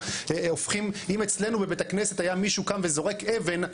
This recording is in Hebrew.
אם אצלנו בבית הכנסת מישהו היה קם וזורק אבן,